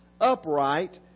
upright